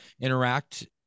interact